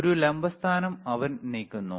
ഒരു ലംബ സ്ഥാനം അവൻ നീക്കുന്നു